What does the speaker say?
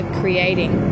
creating